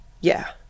Yeah